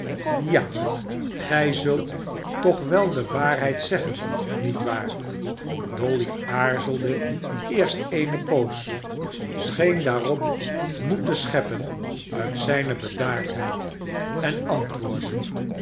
ja gij zult toch wel de waarheid zeggen niet waar dolly aarzelde eerst eene poos scheen daarop moed te scheppen uit zijne bedaardheid en antwoorddde